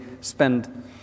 spend